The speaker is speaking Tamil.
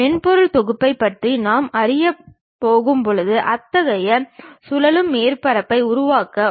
உதாரணமாக மேற்கண்ட படத்தில் இந்த மூன்று பக்கங்களும் ஒரே படத்தில் இருப்பதை நீங்கள் காணலாம்